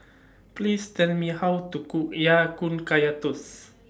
Please Tell Me How to Cook Ya Kun Kaya Toast